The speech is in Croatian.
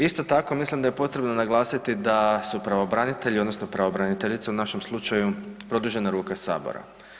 Isto tako mislim da je potrebno naglasiti da su pravobranitelji odnosno pravobraniteljica u našem slučaju produžena ruka Sabora.